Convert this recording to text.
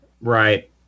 right